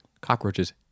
cockroaches